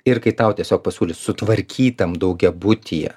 ir kai tau tiesiog pasiūlys sutvarkytam daugiabutyje